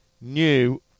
new